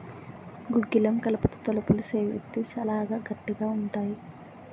గుగ్గిలం కలపతో తలుపులు సేయిత్తే సాలా గట్టిగా ఉంతాయి